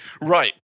right